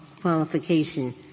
qualification